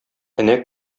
энә